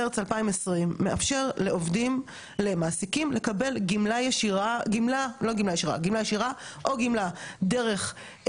למעסיקים לקבל גמלה ישירה או גמלה דרך חברות סיעוד,